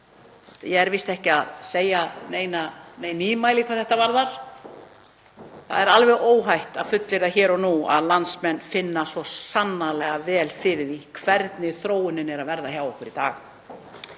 Ég er víst ekki að segja nein nýmæli hvað þetta varðar. Það er alveg óhætt að fullyrða hér og nú að landsmenn finna svo sannarlega fyrir því hvernig þróunin er að verða hjá okkur í dag.